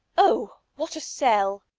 oh, what a sell!